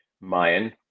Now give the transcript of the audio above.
Mayan